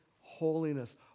holiness